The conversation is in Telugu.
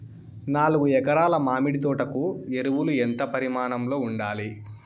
నాలుగు ఎకరా ల మామిడి తోట కు ఎరువులు ఎంత పరిమాణం లో ఉండాలి?